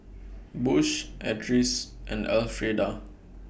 Bush Edris and Elfrieda